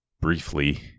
briefly